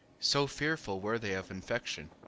so fearful were they of infection.